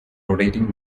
rotating